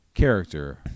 character